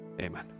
Amen